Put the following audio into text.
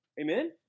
Amen